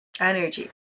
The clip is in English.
energy